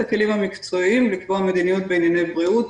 הכלים המקצועיים לקבוע מדיניות בענייני בריאות,